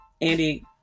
Andy